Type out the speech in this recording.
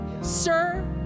Sir